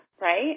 Right